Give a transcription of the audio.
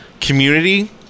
community